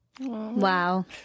Wow